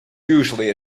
usually